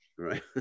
Right